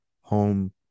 home